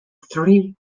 three